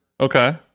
Okay